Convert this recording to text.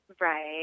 Right